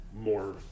more